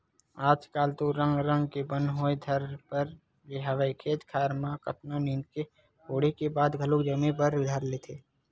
आजकल तो रंग रंग के बन होय बर धर ले हवय खेत खार म कतको नींदे कोड़े के बाद घलोक जामे बर धर लेथे